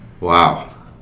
Wow